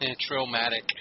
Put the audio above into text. Traumatic